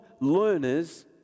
learners